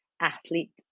athlete